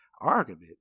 argument